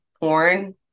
porn